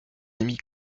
ami